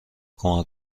کمک